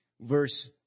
verse